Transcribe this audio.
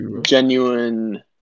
genuine